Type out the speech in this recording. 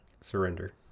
surrender